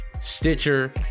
Stitcher